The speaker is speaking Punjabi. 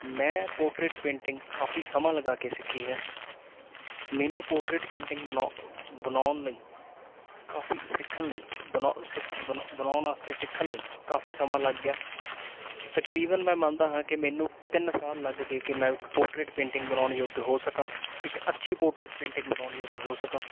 ਮੈਂ ਪੋਰਟਰੇਟ ਪੇਂਟਿੰਗ ਕਾਫੀ ਸਮਾਂ ਲਗਾ ਕੇ ਸਿੱਖੀ ਹੈ ਮੈਨੂੰ ਪੋਰਟਰੇਟ ਪੇਂਟਿੰਗ ਬਣਓ ਬਣਾਉਣ ਲਈ ਕਾਫੀ ਸਿੱਖਣ ਲਈ ਬਣਓ ਸਿੱ ਬਣਾੳ ਬਣਾਉਣ ਵਾਸਤੇ ਸਿੱਖਣ ਲਈ ਕਾਫੀ ਸਮਾਂ ਲੱਗ ਗਿਆ ਤਕਰੀਬਨ ਮੈਂ ਮੰਨਦਾ ਹਾਂ ਕਿ ਮੈਨੂੰ ਤਿੰਨ ਸਾਲ ਲੱਗ ਗਏ ਕਿ ਮੈਂ ਇੱਕ ਪੋਰਟਰੇਟ ਪੇਂਟਿੰਗ ਬਣਾਉਣ ਯੋਗ ਹੋ ਸਕਾਂ ਇੱਕ ਅੱਛੀ ਪੋਰਟਰੇਟ ਪੇਂਟਿੰਗ ਬਣਾਉਣ ਯੋਗ ਹੋ ਸਕਾਂ